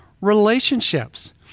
relationships